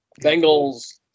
Bengals